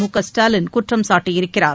முகஸ்டாலின் குற்றம் சாட்டியிருக்கிறார்